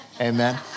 amen